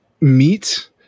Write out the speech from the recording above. meat